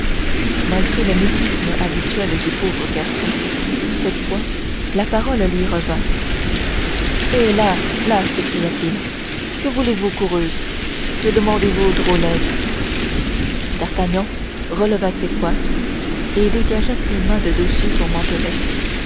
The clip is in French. malgré le mutisme habituel du pauvre garçon cette fois la parole lui revint hé là là s'écria-t-il que voulez-vous coureuse que demandez-vous drôlesse d'artagnan releva ses coiffes et dégagea ses mains de dessous son